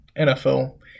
NFL